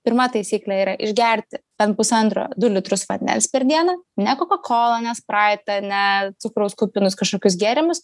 pirma taisyklė yra išgerti bent pusantro du litrus vandens per dieną ne kokakolą ne spraitą ne cukraus kupinus kažkokius gėrimus